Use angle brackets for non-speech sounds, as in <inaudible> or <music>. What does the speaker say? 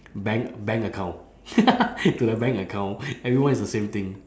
bank bank account <laughs> to the bank account everyone is the same thing